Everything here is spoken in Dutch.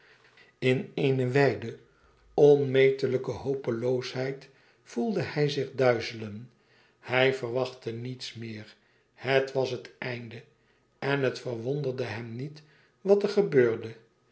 in eene wijde onmetelijke hopeloosheid voelde hij zich duizelen hij verwachtte niets meer het was het einde en het verwonderde hem niet wat er gebeurde